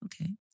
Okay